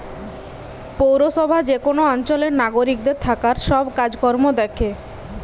পৌরসভা যে কোন অঞ্চলের নাগরিকদের থাকার সব কাজ কর্ম দ্যাখে